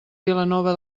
vilanova